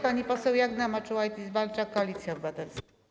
Pani poseł Jagna Marczułajtis-Walczak, Koalicja Obywatelska.